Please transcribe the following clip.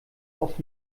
auf